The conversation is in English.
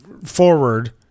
Forward